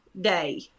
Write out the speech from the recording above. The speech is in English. day